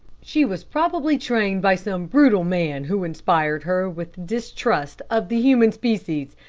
she was probably trained by some brutal man who inspired her with distrust of the human species.